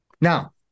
now